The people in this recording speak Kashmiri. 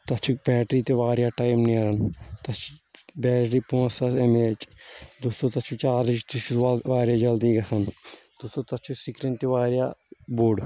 تتھ چھِ بیٹری تہِ واریاہ ٹایِم نیران تتھ چھِ بیٹری پانژھ ساس ایم اے ایچ دوستو تتھ چھُ چارٕج تہِ چھُ واریاہ جلدی گژھان دوستو تتھ چھُ سکریٖن تہِ واریاہ بوٚڑ